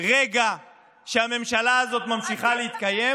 רגע שהממשלה הזאת ממשיכה להתקיים,